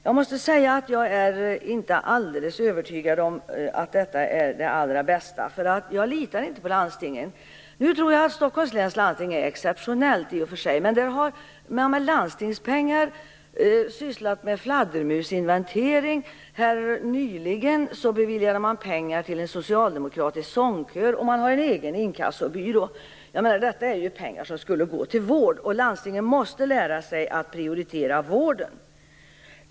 Jag måste säga att jag inte är alldeles övertygad om att det är det allra bästa. Jag litar inte på landstingen. Jag tror i och för sig att Stockholms läns landsting är exceptionellt, men där har man med landstingspengar sysslat med fladdermusinventering. Nyligen beviljade man pengar till en socialdemokratisk sångkör, och man har egen inkassobyrå. Detta är pengar som skulle gå till vård. Landstingen måste lära sig att prioritera vården.